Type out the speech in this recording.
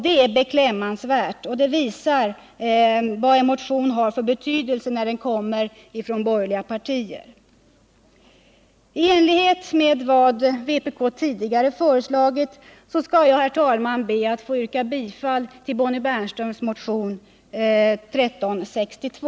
Det är beklämmande, och det visar vilken betydelse en motion har som väckts av borgerliga partier. Herr talman! I enlighet med vad vpk tidigare föreslagit yrkar jag bifall till Bonnie Bernströms motion nr 1362.